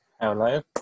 Hello